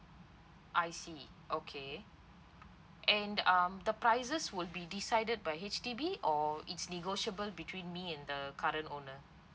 I see okay and um the prices would be decided by H_D_B or it's negotiable between me and the current owner